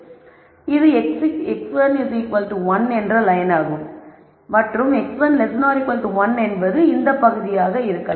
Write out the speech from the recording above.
இது x1 1 லயனாகும் மற்றும் x1 1 என்பது இந்த பகுதியாக இருக்கும்